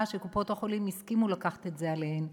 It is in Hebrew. שקופות-החולים הסכימו לקחת את זה עליהן.